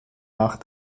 nach